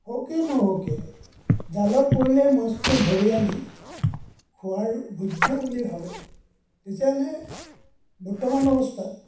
হকে নহকে জালত পৰিলে মাছটো ধৰি আনি খোৱাৰ যোগ্য বুলি ভাবে তেতিয়াহ'লে বৰ্তমান অৱস্থাত